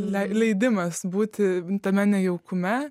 leidimas būti tame nejaukume